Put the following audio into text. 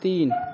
तीन